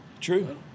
True